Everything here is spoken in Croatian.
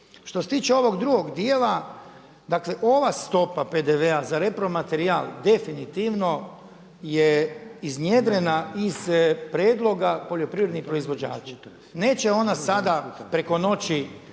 Što se tiče ovog drugog dijela, dakle ova stopa PDV-a za repromaterijal definitivno je iznjedrena iz prijedloga poljoprivrednih proizvođača. Neće ona sada preko noći